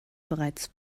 bereits